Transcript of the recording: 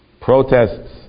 protests